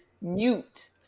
mute